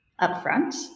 upfront